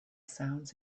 sounds